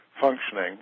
functioning